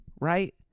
right